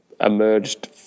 emerged